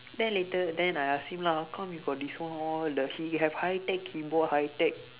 then later then I ask him lah how come you got this one all the he have high-tech keyboard high-tech